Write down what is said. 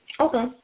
Okay